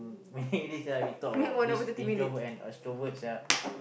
my head already sia we talk about this introvert and extrovert sia